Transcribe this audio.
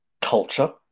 culture